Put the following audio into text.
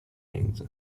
名字